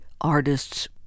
artists